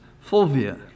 Fulvia